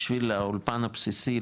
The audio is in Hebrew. בשביל האולפן הבסיסי,